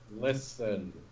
Listen